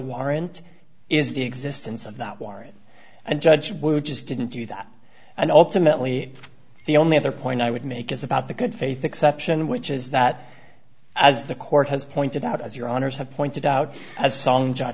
warrant is the existence of that warrant and judge would just didn't do that and ultimately the only other point i would make is about the good faith exception which is that as the court has pointed out as your honour's have pointed out as a song j